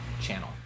channel